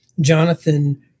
Jonathan